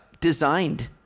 designed